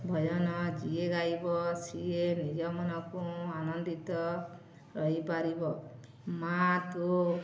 ଭଜନ ଯିଏ ଗାଇବ ସିଏ ନିଜ ମନକୁ ଆନନ୍ଦିତ ରହିପାରିବ ମାଆ ତୁ